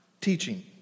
teaching